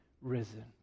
risen